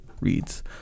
reads